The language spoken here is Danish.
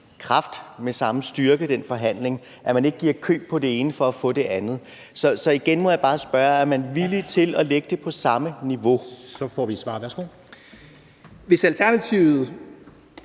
kraft og samme styrke i den forhandling og ikke giver køb på det ene for at få det andet. Så igen må jeg bare spørge: Er man villig til at lægge det på samme niveau? Kl. 13:55 Formanden (Henrik